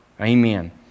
Amen